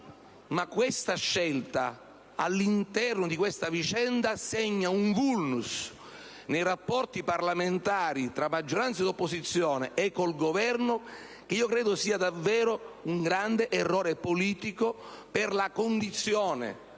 ma questa scelta, all'interno di questa vicenda, segna un *vulnus* nei rapporti parlamentari tra maggioranza e opposizione e con il Governo. Credo che questo sia davvero un grande errore politico, per la condizione